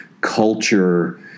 culture